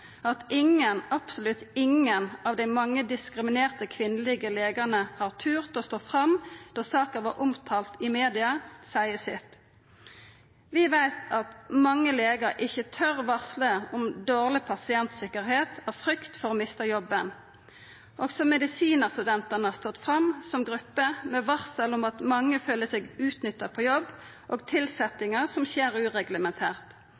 At ingen – absolutt ingen – av dei mange diskriminerte kvinnelege legane har tort å stå fram då saka var omtalt i media, seier sitt. Vi veit at mange legar ikkje tør å varsla om dårleg pasientsikkerheit av frykt for å mista jobben. Også medisinarstudentane har stått fram som gruppe med varsel om at mange føler seg utnytta på jobb, og